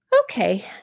Okay